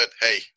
hey